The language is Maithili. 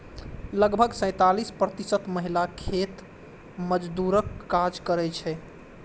लगभग सैंतालिस प्रतिशत महिला खेत मजदूरक काज करै छै